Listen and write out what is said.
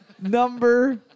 number